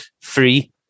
free